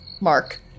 Mark